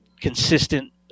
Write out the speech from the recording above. consistent